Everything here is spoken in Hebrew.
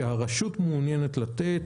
שהרשות מעוניינת לתת,